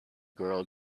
girl